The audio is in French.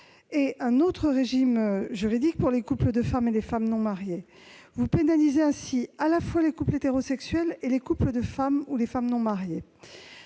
et l'autre pour les couples de femmes et les femmes non mariées. Vous pénalisez ainsi tant les couples hétérosexuels que les couples de femmes et les femmes non mariées.